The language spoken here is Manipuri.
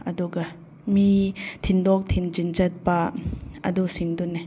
ꯑꯗꯨꯒ ꯃꯤ ꯊꯤꯟꯗꯣꯛ ꯊꯤꯟꯖꯤꯟ ꯆꯠꯄ ꯑꯗꯨꯁꯤꯡꯗꯨꯅꯤ